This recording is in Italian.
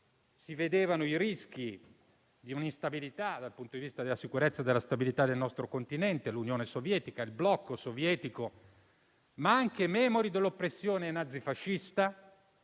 si vedevano i rischi di un'instabilità dal punto di vista della sicurezza e della stabilità del nostro continente, di fronte all'Unione sovietica e al blocco sovietico, ma anche perché memori dell'oppressione nazifascista